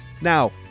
Now